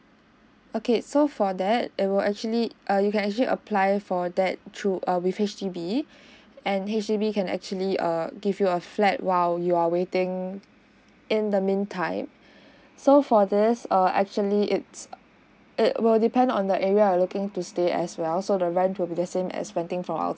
okay so for that it will actually err you can actually apply for that through err with H_D_B and H_D_B can actually err give you a flat while you are waiting in the mean time so for this err actually it's it will depend on the area you're looking to stay as well so the rent will be the same as renting from outside